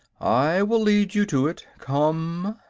i will lead you to it. come!